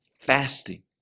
fasting